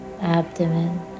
abdomen